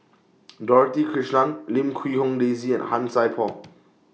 Dorothy Krishnan Lim Quee Hong Daisy and Han Sai Por